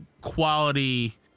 quality